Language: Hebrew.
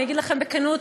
אני אגיד לכם בכנות,